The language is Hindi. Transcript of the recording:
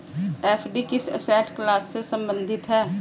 एफ.डी किस एसेट क्लास से संबंधित है?